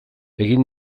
egin